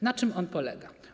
Na czym on polega?